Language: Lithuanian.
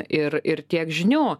ir ir tiek žinių